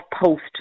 post